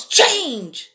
change